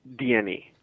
DNA